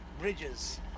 bridges